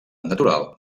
natural